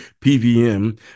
PVM